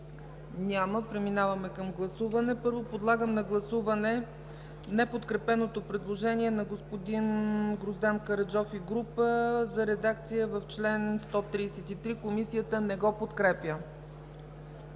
Няма. Преминаваме към гласуване. Първо подлагам на гласуване неподкрепеното предложение на господин Гроздан Караджов и група народни представители за редакция в чл. 133. Комисията не го подкрепя.